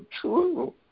true